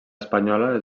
espanyola